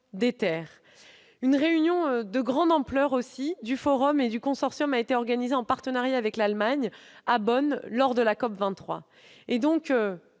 terres. Une réunion de grande ampleur du Forum et du Consortium a été organisée en partenariat avec l'Allemagne, à Bonn, lors de la COP23. Comme